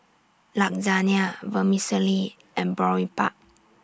Lasagne Vermicelli and Boribap